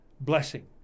blessing